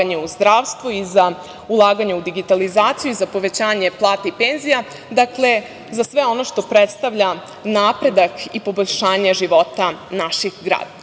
za ulaganja u zdravstvo i za ulaganja u digitalizaciju i za povećanje plata i penzija, dakle, za sve ono što predstavlja napredak i poboljšanje života naših